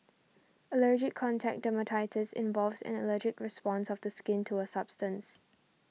allergic contact dermatitis involves an allergic response of the skin to a substance